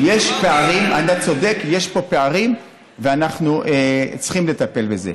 אתה צודק, יש פה פערים ואנחנו צריכים לטפל בזה.